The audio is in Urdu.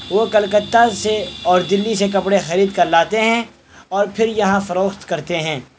وہ کلکتہ سے اور دہلی سے کپڑے خرید کر لاتے ہیں اور پھر یہاں فروخت کرتے ہیں